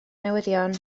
newyddion